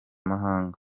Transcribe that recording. mahanga